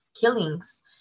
killings